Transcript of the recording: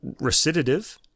recitative